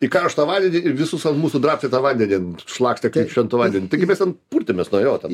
į karštą vandenį ir visus ant mūsų drabstė tą vandenį šlakstė šventu vandeniu taigi mes ten purtėmės nuo jo ten